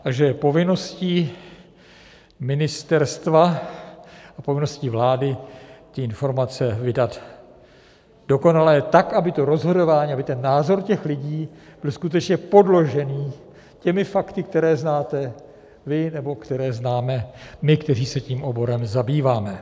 A je povinností ministerstva a povinností vlády ty informace vydat dokonale tak, aby to rozhodování, aby ten názor těch lidí byl skutečně podložený těmi fakty, které znáte vy nebo které známe my, kteří se tím oborem zabýváme.